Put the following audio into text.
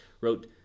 wrote